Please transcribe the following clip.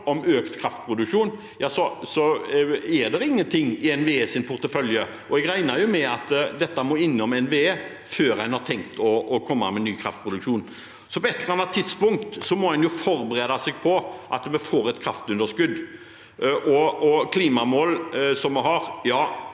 om økt kraftproduksjon, er det ingenting i NVEs portefølje, og jeg regner jo med at dette må innom NVE før en har tenkt å komme med ny kraftproduksjon. Så på et eller annet tidspunkt må en forberede seg på at vi får et kraftunderskudd. Når det gjelder de